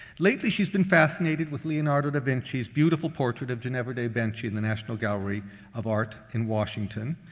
lately, she's been fascinated with leonardo da vinci's beautiful portrait of ginevra de' benci in the national gallery of art in washington,